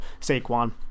Saquon